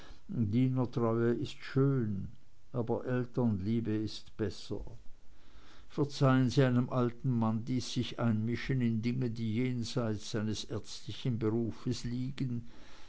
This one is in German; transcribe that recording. ist schön aber elternliebe ist besser verzeihen sie einem alten manne dies sicheinmischen in dinge die jenseits seines ärztlichen berufes liegen